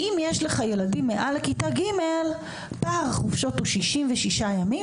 אם יש לך ילדים מעל לכיתה ג' פער החופשות הוא 66 ימים,